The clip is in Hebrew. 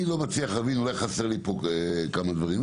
אני לא מצליח להבין, אולי חסרים לי כמה דברים.